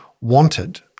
wanted